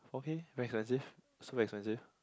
okay very expensive so expensive